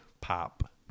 Pop